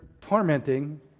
tormenting